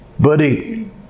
Buddy